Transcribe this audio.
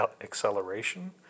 acceleration